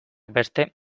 beste